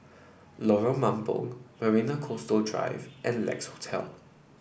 Lorong Mambong Marina Coastal Drive and Lex Hotel